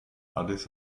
addis